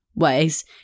ways